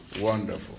Wonderful